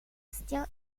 still